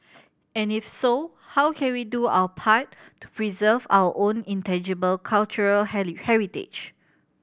and if so how can we do our part to preserve our own intangible cultural heritage